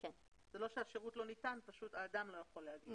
זה לא שהשירות לא ניתן אלא האדם לא יכול להגיע.